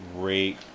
great